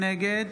נגד